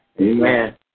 Amen